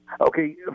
Okay